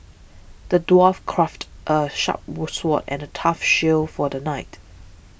the dwarf crafted a sharp sword and a tough shield for the knight